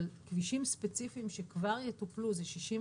אבל כבישים ספציפיים שכבר יטופלו זה 66,